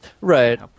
Right